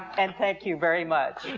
and thank you very much.